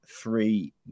three